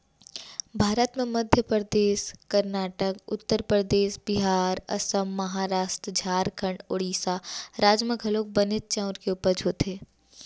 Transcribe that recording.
भारत म मध्य परदेस, करनाटक, उत्तर परदेस, बिहार, असम, महारास्ट, झारखंड, ओड़ीसा राज म घलौक बनेच चाँउर के उपज होथे